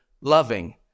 loving